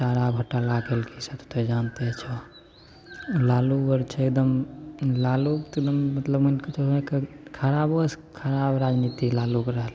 चारा घोटाला केलकै सब ओ तऽ जानिते छहो लालू आर छै एकदम लालू तऽ एकदम मतलब मानिके चलू खराबोसे खराब राजनीति लालूके रहलै